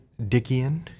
Dickian